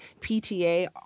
PTA